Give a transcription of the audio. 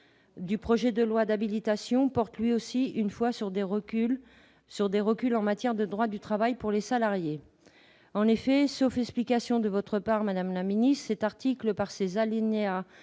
du projet de loi d'habilitation comporte, lui aussi, des reculs en matière de droit du travail pour les salariés. En effet, sauf explicitation de votre part, madame la ministre, cet article, tel